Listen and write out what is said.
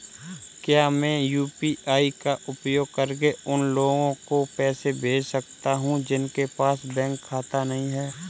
क्या मैं यू.पी.आई का उपयोग करके उन लोगों को पैसे भेज सकता हूँ जिनके पास बैंक खाता नहीं है?